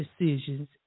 decisions